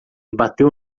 bateu